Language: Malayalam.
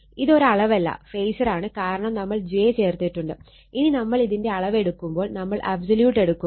ഇതൊരു അളവല്ല ഫേസർ ആണ് കാരണം നമ്മൾ j ചേർത്തിട്ടുണ്ട് ഇനി നമ്മൾ ഇതിന്റെ അളവ് എടുക്കുമ്പോൾ നമ്മൾ അബ്സൊല്യോട്ട് എടുക്കുന്നു